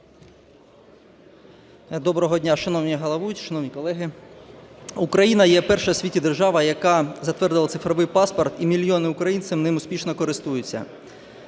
Доброго дня, шановний головуючий, шановні колеги! Україна є перша у світі держава, яка затвердила цифровий паспорт, і мільйони українців ним успішно користуються.